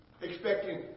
Expecting